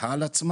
לקחה על עצמה.